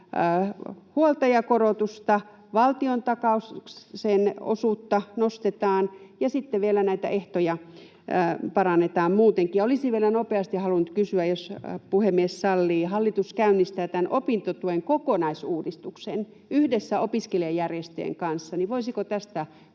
huoltajakorotusta. Valtiontakauksen osuutta nostetaan, ja sitten vielä ehtoja parannetaan muutenkin. Olisin vielä nopeasti halunnut kysyä, jos puhemies sallii: kun hallitus käynnistää opintotuen kokonaisuudistuksen yhdessä opiskelijajärjestöjen kanssa, niin voisiko tätä